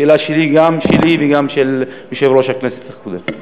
השאלה שלי היא גם שלי וגם של יושב-ראש הכנסת הקודם.